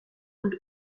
und